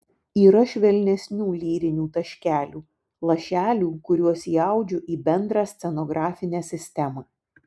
yra švelnesnių lyrinių taškelių lašelių kuriuos įaudžiu į bendrą scenografinę sistemą